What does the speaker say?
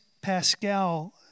Pascal